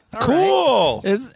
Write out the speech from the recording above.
Cool